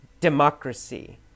democracy